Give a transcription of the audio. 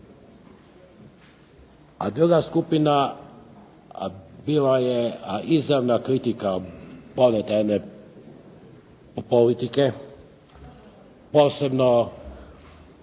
A druga skupina bila je izravna kritika planetarne politike, posebno